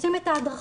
עושים את ההדרכות,